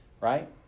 right